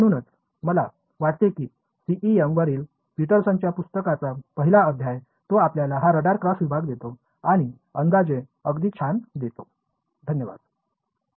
म्हणूनच मला वाटते की CEM वरील पीटरसनच्या पुस्तकाचा पहिला अध्याय तो आपल्याला हा रडार क्रॉस विभाग देतो आणि अंदाजे अगदी छान देतो